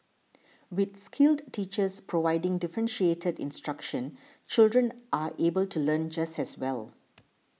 with skilled teachers providing differentiated instruction children are able to learn just as well